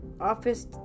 office